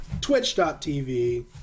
Twitch.TV